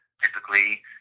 Typically